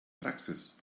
praxis